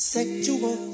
Sexual